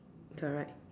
correct